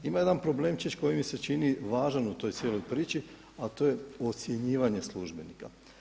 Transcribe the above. Ima jedan problemčić koji mi se čini važan u toj cijeloj priči a to je ocjenjivanje službenika.